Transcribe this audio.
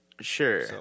Sure